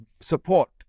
support